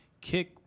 Kick